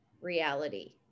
reality